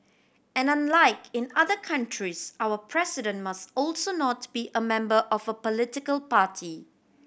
and unlike in other countries our President must also not be a member of a political party